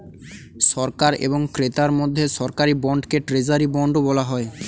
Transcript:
সরকার এবং ক্রেতার মধ্যে সরকারি বন্ডকে ট্রেজারি বন্ডও বলা হয়